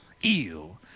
ew